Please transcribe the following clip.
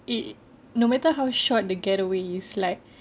it no matter how the short getaway is like